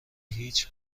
هیچ